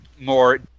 more